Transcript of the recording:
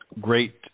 Great